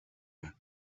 her